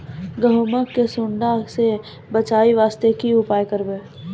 गहूम के सुंडा से बचाई वास्ते की उपाय करबै?